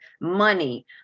money